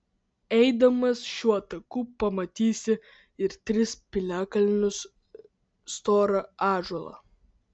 eidamas šiuo taku pamatysi ir tris piliakalnius storą ąžuolą